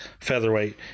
featherweight